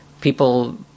people